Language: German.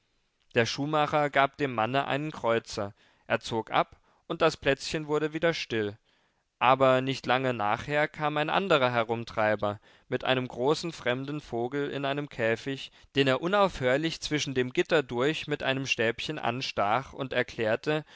der schuhmacher gab dem manne einen kreuzer er zog ab und das plätzchen wurde wieder still aber nicht lange nachher kam ein anderer herumtreiber mit einem großen fremden vogel in einem käfig den er unaufhörlich zwischen dem gitter durch mit einem stäbchen anstach und erklärte